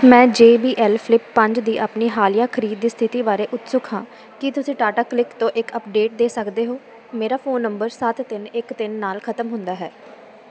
ਮੈਂ J B L flip ਪੰਜ ਦੀ ਆਪਣੀ ਹਾਲੀਆ ਖਰੀਦ ਦੀ ਸਥਿਤੀ ਬਾਰੇ ਉਤਸੁਕ ਹਾਂ ਕੀ ਤੁਸੀਂ ਟਾਟਾ ਕਲਿਕ ਤੋਂ ਇੱਕ ਅੱਪਡੇਟ ਦੇ ਸਕਦੇ ਹੋ ਮੇਰਾ ਫ਼ੋਨ ਨੰਬਰ ਸੱਤ ਤਿੰਨ ਇੱਕ ਤਿੰਨ ਨਾਲ ਖਤਮ ਹੁੰਦਾ ਹੈ